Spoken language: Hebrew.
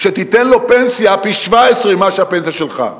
שתיתן לו פנסיה פי-17 מהפנסיה שלך.